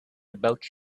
about